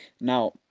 Now